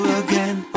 again